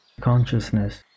consciousness